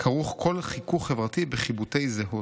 כרוך כל חיכוך חברתי בחיבוטי זהות.